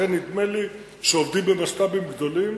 לכן נדמה לי, כשעובדים במסט"בים גדולים,